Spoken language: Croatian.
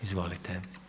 Izvolite.